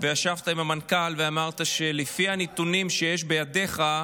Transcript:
וישבת עם המנכ"ל ואמרת שלפי הנתונים שיש בידיך,